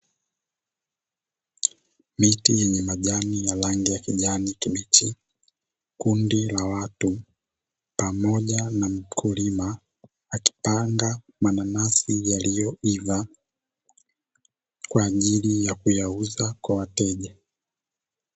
Miti yenye majani ya rangi ya kijani kibichi, kundi la watu pamoja na mkulima akipanda mananasi yaliyoiva kwa ajili ya kuyauza kwa wateja.